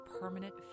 permanent